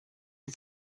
you